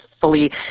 fully